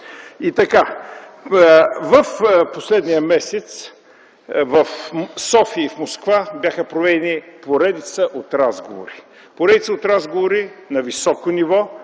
И така, в последния месец в София и в Москва бяха проведени поредица от разговори. Поредица от разговори на високо ниво,